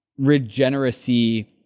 regeneracy